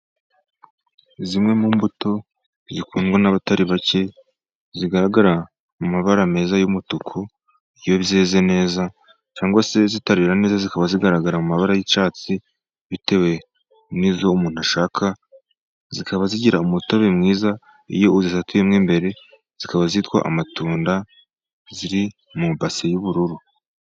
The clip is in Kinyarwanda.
Zimwe mu mbuto zikundwa n'abatari bake zigaragara mu mabara meza y'umutuku iyo zeze neza cyangwa se zitarera neza, zikaba zigaragara mu mabara y'icyatsi bitewe n'iz'umuntu ashaka. Zikaba zigira umutobe mwiza iyo uzisatuyemo imbere zikaba zitwa amatunda. Ziri mu base y'ubururu.